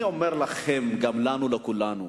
אני אומר לכם וגם לנו, לכולנו,